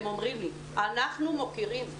הם אומרים לי: אנחנו מוקירים,